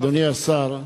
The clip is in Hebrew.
אדוני השר,